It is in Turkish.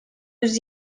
yüz